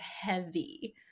heavy